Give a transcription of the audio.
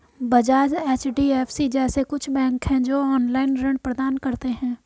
Bajaj, HDFC जैसे कुछ bank है, जो ऑनलाईन ऋण प्रदान करते हैं